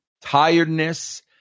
tiredness